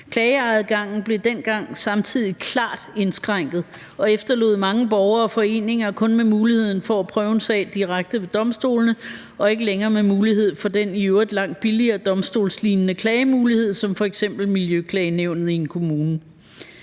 Klageadgangen blev dengang samtidig klart indskrænket og efterlod mange borgere og foreninger kun med muligheden for at prøve en sag direkte ved domstolene og ikke længere med mulighed for den i øvrigt langt billigere domstolslignende klagemulighed, som f.eks. Miljøklagenævnet i en kommune.